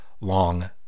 long